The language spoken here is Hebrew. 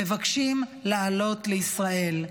מבקשים לעלות לישראל.